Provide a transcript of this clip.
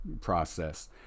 process